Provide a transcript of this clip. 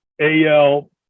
al